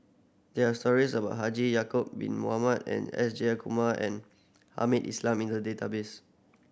there're stories about Haji Ya'acob Bin Mohamed and S Jayakumar and Hamed Islam in the database